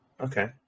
Okay